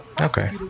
Okay